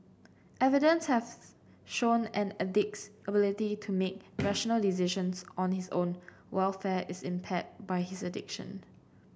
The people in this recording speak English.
evidence have shown an addict's ability to make rational decisions on his own welfare is impaired by his addiction